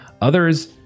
Others